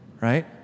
right